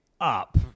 up